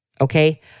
okay